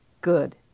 Good